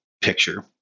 picture